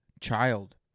child